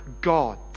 God